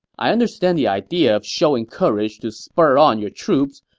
i understand the idea of showing courage to spur on your troops,